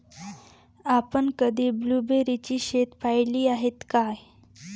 आपण कधी ब्लुबेरीची शेतं पाहीली आहेत काय?